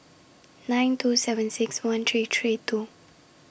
nine two seven six one three three two